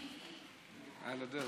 ההצעה להעביר